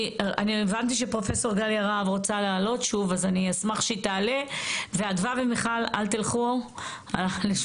אני רוצה להגיד שהוועדה המייעצת היא ועדה מעולה עם